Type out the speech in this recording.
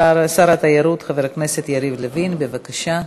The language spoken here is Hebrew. שר התיירות חבר הכנסת יריב לוין, בבקשה,